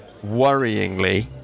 worryingly